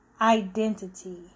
identity